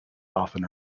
often